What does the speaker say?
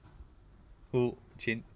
who qian